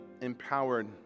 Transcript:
empowered